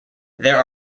there